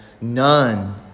none